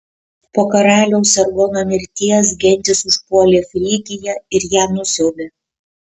po karaliaus sargono mirties gentys užpuolė frygiją ir ją nusiaubė